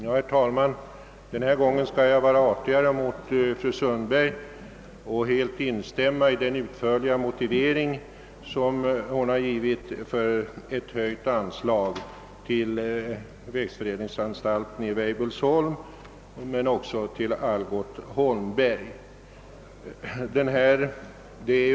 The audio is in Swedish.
Herr talman! Denna gång skall jag vara artigare mot fru Sundberg och helt instämma i den utförliga motivering, som hon anfört för ett höjt anslag till växtförädlingsanstalten Weibullsholm liksom också till Algot Holmberg & Sö ner AB.